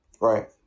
Right